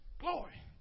Glory